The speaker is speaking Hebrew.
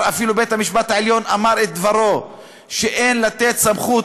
ואפילו בית-המשפט העליון כבר אמר את דברו שאין לתת סמכות